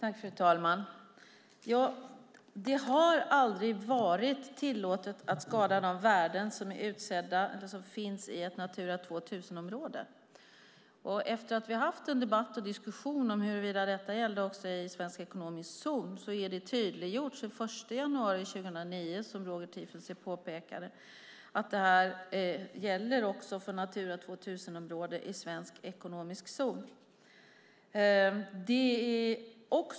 Fru talman! Det har aldrig varit tillåtet att skada de värden som finns i ett Natura 2000-område. Efter att vi har haft en debatt och diskussion om huruvida detta gäller också i svensk ekonomisk zon är det tydliggjort, som Roger Tiefeense påpekade, att det från den 21 januari 2009 också gäller för Natura 2000-områden i svensk ekonomisk zon.